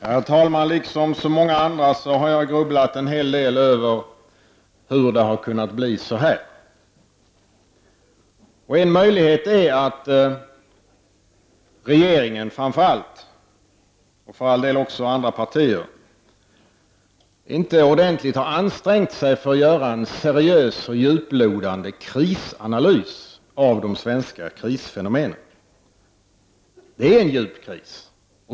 Herr talman! Liksom så många andra har jag grubblat en hel del över hur det har kunnat bli så här. En möjlighet är att framför allt regeringen inte, och för all del inte heller andra partier, ordentligt har ansträngt sig för att göra en seriös och djuplodande analys av de svenska krisfenomenen. Det är ju en djup kris.